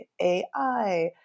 AI